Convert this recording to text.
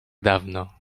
dawno